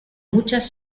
muchas